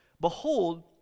behold